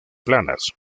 planas